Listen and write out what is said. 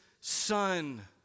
son